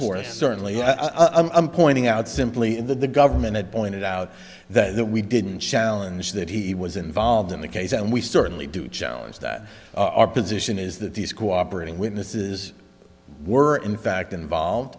course certainly i'm pointing out simply in the government it pointed out that we didn't challenge that he was involved in the case and we certainly do challenge that our position is that these cooperating witnesses were in fact involved